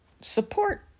support